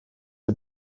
der